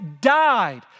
died